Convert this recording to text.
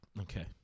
Okay